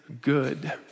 good